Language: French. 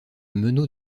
meneaux